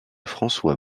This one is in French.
françois